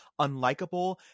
unlikable –